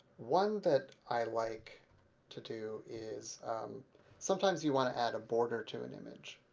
one that i like to do is sometimes you want to add a border to an image.